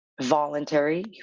Voluntary